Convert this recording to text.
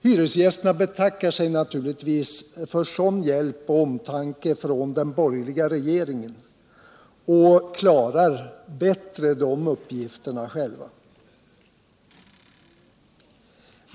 Hyresgästerna betackar sig naturligtvis för sådan hjälp och omtanke från den borgerliga regeringen och klarar bättre de uppgifterna själva.